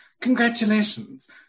Congratulations